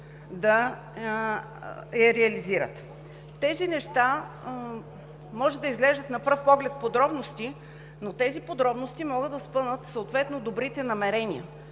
да я реализират. Тези неща може да изглеждат на пръв поглед подробности, но тези подробности могат да спънат добрите намерения.